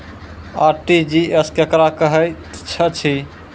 RTGS केकरा कहैत अछि?